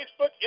Facebook